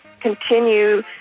continue